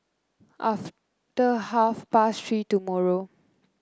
after half past Three tomorrow